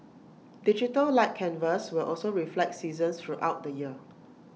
digital light canvas will also reflect seasons throughout the year